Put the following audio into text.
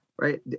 right